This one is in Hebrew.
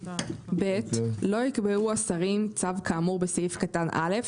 (ב) לא יקבעו השרים צו כאמור בסעיף קטן (א),